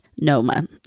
noma